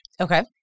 Okay